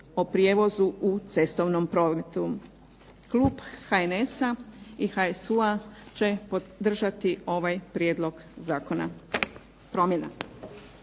u prijevozu u cestovnom prometu. Klub HNS-a i HSU-a će podržati ovaj prijedlog zakona.